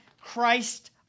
Christ